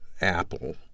Apple